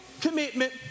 commitment